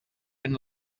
been